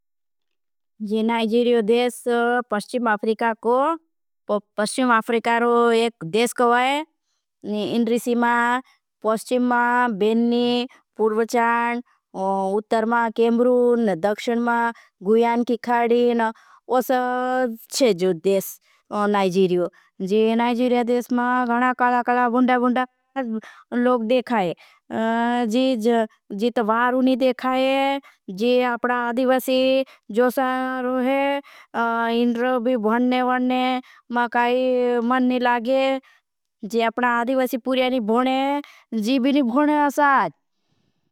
नाइजीरियो देश पस्ट्रीम आफ्रीका को पस्ट्रीम आफ्रीका रो एक देश करवा है। इन्रिसी मां, पस्ट्रीम मां, बेननी, पुर्वचान, उत्तर मां, केमरू, न दक्षन। मां गुयान की खाड़ी न उस थे जो देश नाइजीरियो नाइजीरियो देश मां गणा। काला काला बुंदा बुंदा लोग देखा है जीत वारो नी देखा। है जी अपना अधिवसी जो सारो है इन्रो भी भुनने भुनने मां काई मन नी। लागे जी अपना अधिवसी पुर्या नी भुने है जी भी नी भुने है असाच।